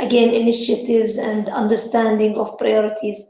again initiatives and understanding of priorities